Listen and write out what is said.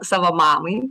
savo mamai